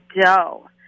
dough